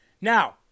Now